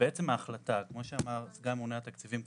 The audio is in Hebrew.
ההחלטה, כמו שאמר קודם סגן הממונה על התקציבים,